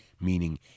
meaning